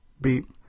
beep